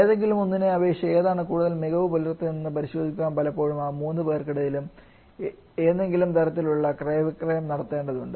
ഏതെങ്കിലുമൊന്നിനെ അപേക്ഷിച്ച് ഏതാണ് കൂടുതൽ മികവ് പുലർത്തുന്നതെന്ന് പരിശോധിക്കാൻ പലപ്പോഴും ആ മൂന്നുപേർക്കിടയിൽ എന്തെങ്കിലും തരത്തിലുള്ള ക്രയവിക്രയം നടത്തേണ്ടതുണ്ട്